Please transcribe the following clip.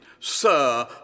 Sir